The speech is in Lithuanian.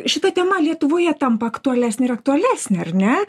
šita tema lietuvoje tampa aktualesnė ir aktualesnė ar ne